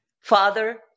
father